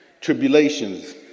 Tribulations